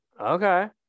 Okay